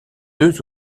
deux